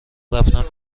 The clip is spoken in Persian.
رفتم